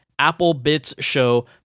applebitsshow